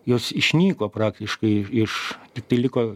jos išnyko praktiškai iš tiktai liko